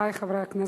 חברי חברי הכנסת,